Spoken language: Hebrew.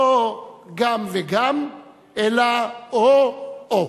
לא גם וגם, אלא או או.